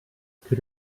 could